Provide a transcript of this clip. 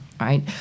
right